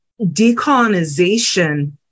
decolonization